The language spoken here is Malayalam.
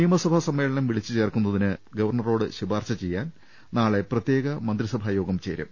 നിയമസഭാ സമ്മേളനം വിളിച്ചു ചേർക്കുന്നതിന് ഗവർണറോട് ശുപാർശ ചെയ്യാൻ നാളെ പ്രത്യേക മന്ത്രിസഭാ യോഗം ചേരും